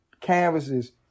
canvases